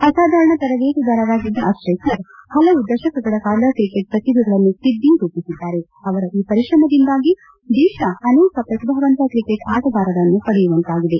ಅಸಾಧಾರಣ ತರಬೇತುದಾರರಾಗಿದ್ದ ಅಚ್ರೇಕರ್ ಹಲವು ದಶಕಗಳ ಕಾಲ ಕ್ರಿಕೆಟ್ ಪ್ರತಿಭೆಗಳನ್ನು ತಿದ್ದಿ ರೂಪಿಸಿದ್ದಾರೆ ಅವರ ಈ ಪರಿಶ್ರಮದಿಂದಾಗಿ ದೇಶ ಅನೇಕ ಪ್ರತಿಭಾವಂತ ಕ್ರಿಕೆಟ್ ಆಟಗಾರರನ್ನು ಪಡೆಯುವಂತಾಗಿದೆ